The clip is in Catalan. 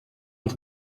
els